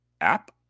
app